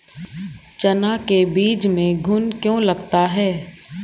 चना के बीज में घुन क्यो लगता है?